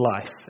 life